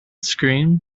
scream